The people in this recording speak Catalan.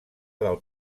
del